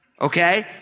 Okay